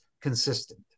consistent